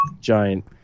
Giant